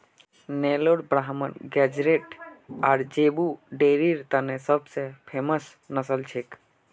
Nellore Brahman गेज़रैट आर zebu डेयरीर तने सब स फेमस नस्ल छिके